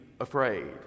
afraid